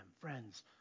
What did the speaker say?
Friends